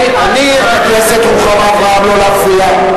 חברת הכנסת רוחמה אברהם, לא להפריע.